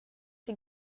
sie